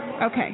Okay